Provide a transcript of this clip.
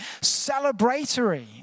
celebratory